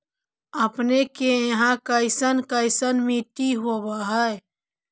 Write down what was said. अपने के यहाँ कैसन कैसन मिट्टी होब है?